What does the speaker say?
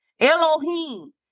Elohim